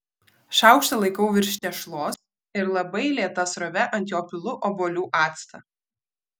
šaukštą laikau virš tešlos ir labai lėta srove ant jo pilu obuolių actą